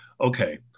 okay